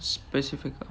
specific ah